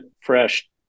fresh